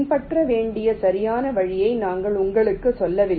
பின்பற்ற வேண்டிய சரியான வழியை நாங்கள் உங்களுக்குச் சொல்லவில்லை